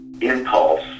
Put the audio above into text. impulse